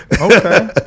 Okay